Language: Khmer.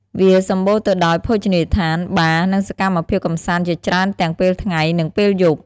វាសម្បូរទៅដោយភោជនីយដ្ឋាន បារ និងសកម្មភាពកម្សាន្តជាច្រើនទាំងពេលថ្ងៃ និងពេលយប់។